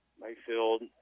Mayfield